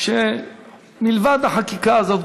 שמלבד החקיקה הזאת,